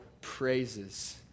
praises